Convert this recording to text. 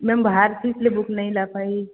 ma'am बाहर थी इसलिए बुक नहीं ला पाई